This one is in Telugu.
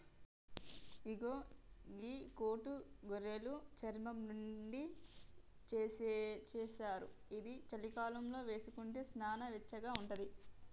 ఇగో గీ కోటు గొర్రెలు చర్మం నుండి చేశారు ఇది చలికాలంలో వేసుకుంటే సానా వెచ్చగా ఉంటది